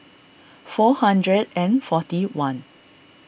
four hundred and forty one